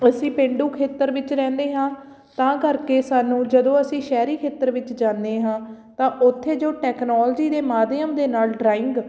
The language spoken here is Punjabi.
ਅਸੀਂ ਪੇਂਡੂ ਖੇਤਰ ਵਿੱਚ ਰਹਿੰਦੇ ਹਾਂ ਤਾਂ ਕਰਕੇ ਸਾਨੂੰ ਜਦੋਂ ਅਸੀਂ ਸ਼ਹਿਰੀ ਖੇਤਰ ਵਿੱਚ ਜਾਦੇ ਹਾਂ ਤਾਂ ਉੱਥੇ ਜੋ ਟੈਕਨੋਲਜੀ ਦੇ ਮਾਧਿਅਮ ਦੇ ਨਾਲ ਡਰਾਇੰਗ